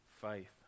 faith